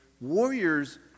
Warriors